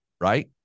right